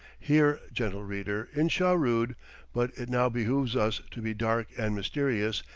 here, gentle reader, in shahrood but it now behooves us to be dark and mysterious,